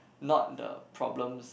not the problems